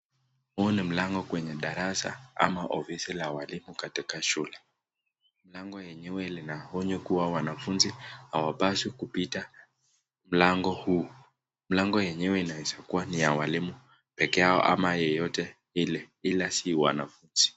Huu ni mlango kwenye darasa ama ofisi la walimu katika shule. Mlango yenyewe lina onyo kuwa wanafunzi hawapaswi kupita mlango huu. Mlango yenyewe inaezakuwa ni ya walimu peke yao ama yeyote ile ila si wanafunzi.